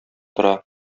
тора